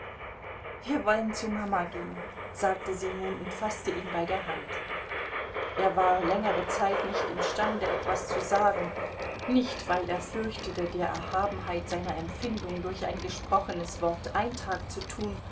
wir wollen zu mama gehen sagte sie nun und faßte ihn bei der hand er war längere zeit nicht imstande etwas zu sagen nicht weil er fürchtete der erhabenheit seiner empfindung durch ein gesprochenes wort eintrag zu tun